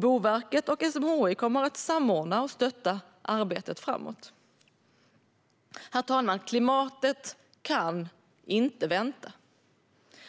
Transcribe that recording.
Boverket och SMHI kommer att samordna och stötta arbetet framöver. Herr talman! Klimatet kan inte vänta.